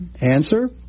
Answer